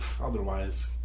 otherwise